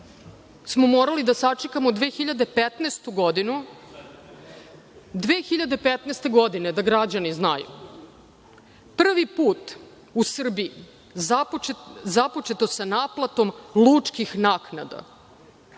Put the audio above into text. smo morali da sačekamo 2015. godinu. Godine 2015, da građani znaju, prvi put u Srbiji započeto je sa naplatom lučkih naknada.